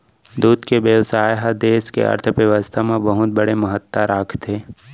दूद के बेवसाय हर देस के अर्थबेवस्था म बहुत बड़े महत्ता राखथे